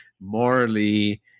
morally